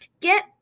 get